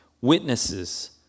witnesses